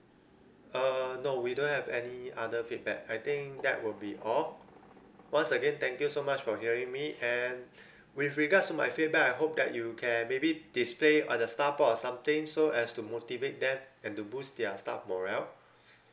uh no we don't have any other feedback I think that will be all once again thank you so much for hearing me and with regards to my feedback I hope that you can maybe display other staff board or something so as to motivate them and to boost their staff morale